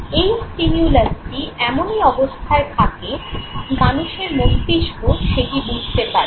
এই স্টিমিউলাসটি এমনই অবস্থায় থাকে যাতে মানুষের মস্তিষ্ক সেটি বুঝতে পারে